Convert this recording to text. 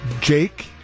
Jake